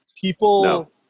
people